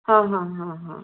ହଁ ହଁ ହଁ ହଁ